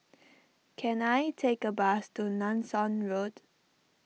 can I take a bus to Nanson Road